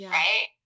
right